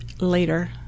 later